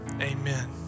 amen